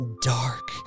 dark